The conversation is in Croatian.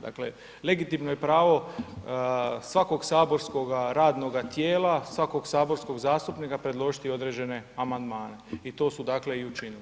Dakle legitimno je pravo svakog saborskoga radnoga tijela, svakog saborskog zastupnika predložiti određene amandmane i to su dakle i učinili.